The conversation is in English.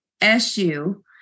Su